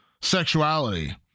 sexuality